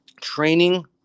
training